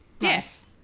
Yes